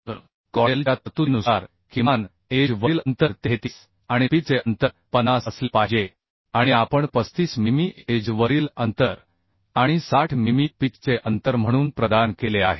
तर CODEL च्या तरतुदीनुसार किमान एज वरील अंतर 33 आणि पिच चे अंतर 50 असले पाहिजे आणि आपण 35 मिमी एज वरील अंतर आणि 60 मिमी पिच चे अंतर म्हणून प्रदान केले आहे